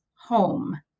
home